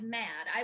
mad